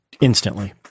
instantly